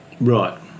Right